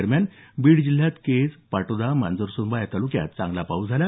दरम्यान बीड जिल्ह्यात केज पाटोदा मांजरसुंभा या तालुक्यात चांगला पाऊस झाला